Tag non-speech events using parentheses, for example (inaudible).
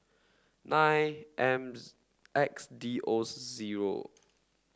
nine (unintelligible) X D O zero